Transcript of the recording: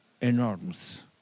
enormous